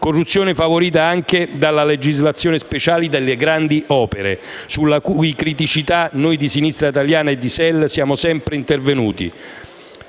Italia, favorita anche dalla legislazione speciale delle grandi opere, sulle cui criticità noi di Sinistra Italiana e di SEL siamo sempre intervenuti.